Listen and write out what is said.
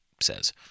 says